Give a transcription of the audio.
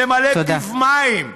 ממלא פיו מים.